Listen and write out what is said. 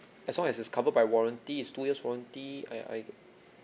as long as it's covered by warranty is two years warranty I I